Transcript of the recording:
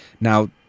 Now